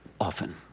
Often